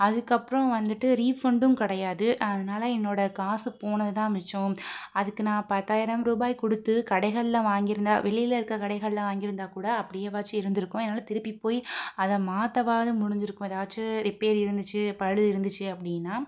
அதுக்கப்புறம் வந்துட்டு ரீஃபண்டும் கிடையாது அதனால என்னோடய காசு போனது தான் மிச்சம் அதுக்கு நான் பத்தாயிரம் ரூபாய் கொடுத்து கடைகள்ல வாங்கிருந்தால் வெளியில இருக்க கடைகள்ல வாங்கிருந்தாக்கூட அப்படியே வாச்சும் இருந்திருக்கும் என்னால் திருப்பி போய் அதை மாத்தவாது முடிஞ்சிருக்கும் ஏதாச்சும் ரிப்பேர் இருந்துச்சு பழு இருந்துச்சு அப்படினா